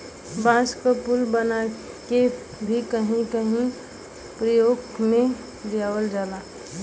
बांस क पुल बनाके भी कहीं कहीं परयोग में लियावल जाला